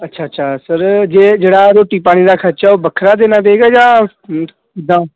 ਅੱਛਾ ਅੱਛਾ ਸਰ ਜੇ ਜਿਹੜਾ ਰੋਟੀ ਪਾਣੀ ਦਾ ਖਰਚਾ ਉਹ ਵੱਖਰਾ ਦੇਣਾ ਪਏਗਾ ਜਾਂ ਅਮ ਕਿੱਦਾਂ